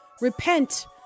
repent